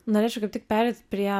norėčiau kaip tik pereit prie